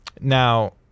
now